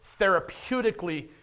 therapeutically